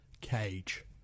Cage